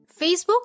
Facebook